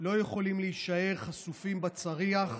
לא יכולים להישאר חשופים בצריח,